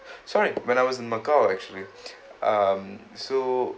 sorry when I was in macau actually um so